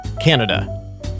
Canada